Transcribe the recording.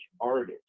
artist